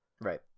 Right